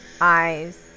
eyes